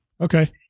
Okay